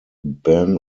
ban